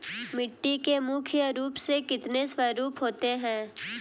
मिट्टी के मुख्य रूप से कितने स्वरूप होते हैं?